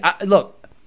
Look